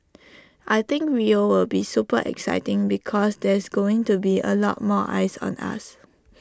I think Rio will be super exciting because there's going to be A lot more eyes on us